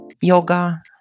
Yoga